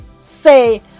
say